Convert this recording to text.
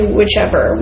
whichever